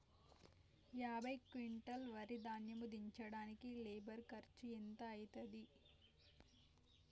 యాభై క్వింటాల్ వరి ధాన్యము దించడానికి లేబర్ ఖర్చు ఎంత అయితది?